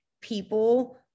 people